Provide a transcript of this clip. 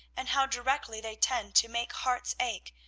and how directly they tend to make hearts ache,